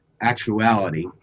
actuality